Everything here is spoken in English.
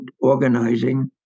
organizing